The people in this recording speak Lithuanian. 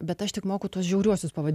bet aš tik moku tuos žiaurius pavadi